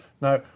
Now